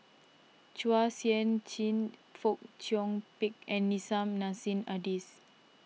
Chua Sian Chin Fong Chong Pik and Nissim Nassim Adis